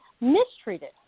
mistreated